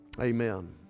Amen